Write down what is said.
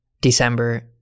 December